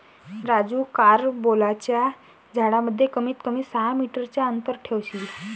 राजू कारंबोलाच्या झाडांमध्ये कमीत कमी सहा मीटर चा अंतर ठेवशील